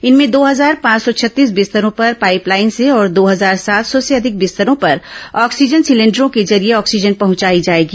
इनमें दो हजार पांच सौ छत्तीस बिस्तरों पर पाइप लाइन से ै और दो हजार सात सौ से अधिक बिस्तरों पर ऑक्सीजन सिलेंडरों के जरिये ऑक्सीजन पह ंचाई जाएगी